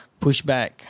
pushback